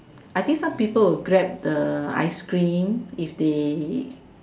I think some people will Grab the ice cream if they